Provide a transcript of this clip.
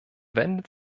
wendet